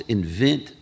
invent